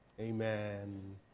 Amen